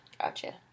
Gotcha